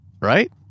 right